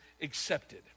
accepted